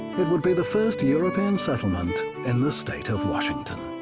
it would be the first european settlement in the state of washington.